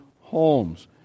homes